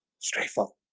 stifle